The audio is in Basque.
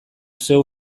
zeuk